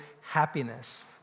happiness